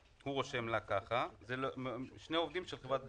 אלה שני עובדים של חברת ביטוח.